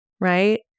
right